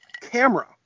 camera